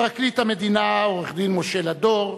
פרקליט המדינה עורך-דין משה לדור,